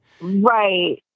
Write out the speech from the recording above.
right